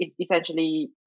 essentially